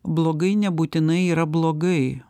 blogai nebūtinai yra blogai